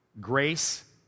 grace